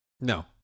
No